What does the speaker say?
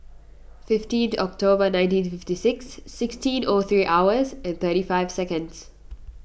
fifteenth October nineteen fifty six sixteen O three hours and thirty five seconds